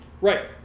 Right